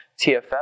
TFL